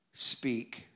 speak